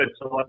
good